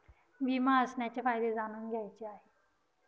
विमा असण्याचे फायदे जाणून घ्यायचे आहे